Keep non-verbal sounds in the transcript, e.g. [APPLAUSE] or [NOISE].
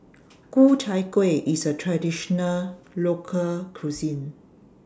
[NOISE] Ku Chai Kueh IS A Traditional Local Cuisine